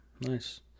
Nice